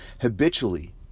habitually